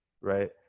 right